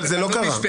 אבל זה לא קרה.